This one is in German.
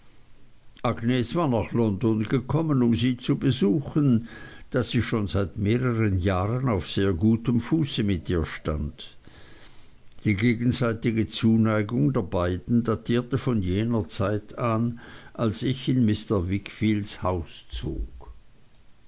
war nach london gekommen um sie zu besuchen da sie schon seit mehreren jahren auf sehr gutem fuße mit ihr stand die gegenseitige zuneigung der beiden datierte von jener zeit her als ich in mr wickfields haus zog